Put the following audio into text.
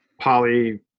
poly